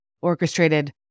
orchestrated